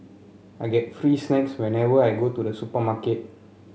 I get free snacks whenever I go to the supermarket